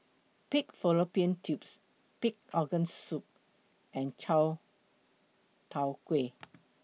Pig Fallopian Tubes Pig'S Organ Soup and Chai Tow Kuay